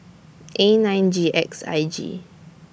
A nine G X I J